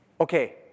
Okay